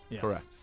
Correct